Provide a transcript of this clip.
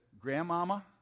grandmama